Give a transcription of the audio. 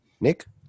Nick